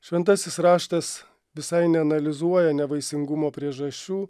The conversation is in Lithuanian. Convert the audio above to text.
šventasis raštas visai neanalizuoja nevaisingumo priežasčių